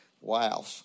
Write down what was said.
Wow